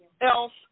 else